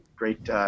Great